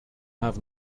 have